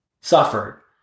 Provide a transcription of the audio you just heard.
suffered